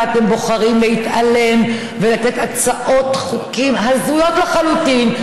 ואתם בוחרים להתעלם ולתת הצעות חוק הזויות לחלוטין,